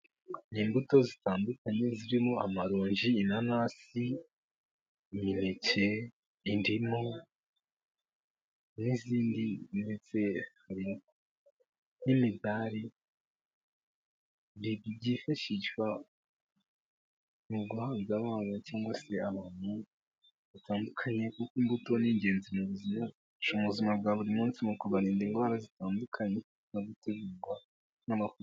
Ni imbuto zitandukanye zirimo amaronji, inanasi, imineke, indimu, n'izindi, ndetse hari n'imidari, byifashishwa mu guhabwa abana cyangwa se abantu batandukanye, kuko imbuto ni ingenzi mu buzima bwa buri munsi mu kubarinda indwara zitandukanye, no gutegurirwa n'amafunguro.